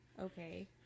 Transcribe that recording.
okay